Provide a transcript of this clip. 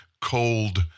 cold